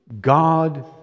God